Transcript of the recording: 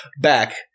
back